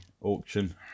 auction